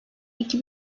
iki